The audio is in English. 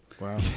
Wow